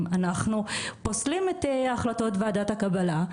אנחנו פוסלים את החלטות ועדת הקבלה,